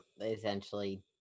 essentially